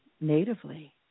natively